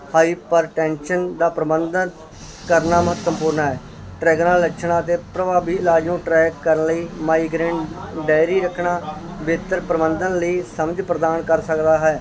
hypertension ਦਾ ਪ੍ਰਬੰਧ ਕਰਨਾ ਮਹੱਤਵਪੂਰਨ ਹੈ ਟਰੈਗਰਾਂ ਲੱਛਣਾਂ ਅਤੇ ਪ੍ਰਭਾਵੀ ਇਲਾਜ ਨੂੰ ਟਰੈਕ ਕਰਨ ਲਈ ਮਾਈਗਰੇਨ ਡਾਇਰੀ ਰੱਖਣਾ ਬਿਹਤਰ ਪ੍ਰਬੰਧਨ ਲਈ ਸਮਝ ਪ੍ਰਦਾਨ ਕਰ ਸਕਦਾ ਹੈ